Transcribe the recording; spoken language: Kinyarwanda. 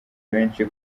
benshi